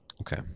Okay